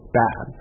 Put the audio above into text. bad